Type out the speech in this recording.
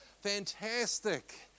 Fantastic